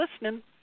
listening